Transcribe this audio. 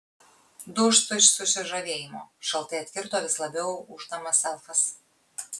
dūstu iš susižavėjimo šaltai atkirto vis labiau ūždamas elfas